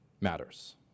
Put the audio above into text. matters